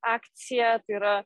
akcija tai yra